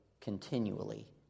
continually